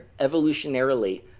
evolutionarily